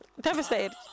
Devastated